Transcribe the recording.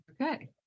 Okay